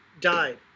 died